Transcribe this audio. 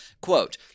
Quote